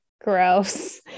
Gross